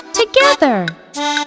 together